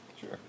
Sure